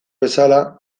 bezala